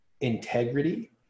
integrity